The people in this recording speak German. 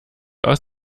aus